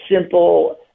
simple